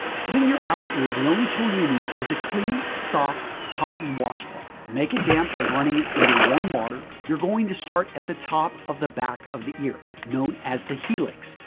to clean your outer ear the only tool you need is a clean soft cotton washcloth. make it damp by running it under warm water. you're going to start at the top of the back of the ear known as the helix.